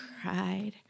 cried